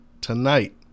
tonight